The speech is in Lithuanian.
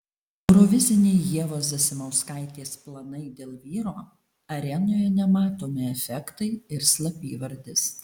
euroviziniai ievos zasimauskaitės planai dėl vyro arenoje nematomi efektai ir slapyvardis